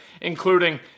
including